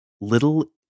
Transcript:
little